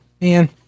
Man